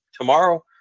tomorrow